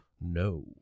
No